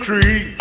Tree